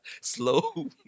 Slow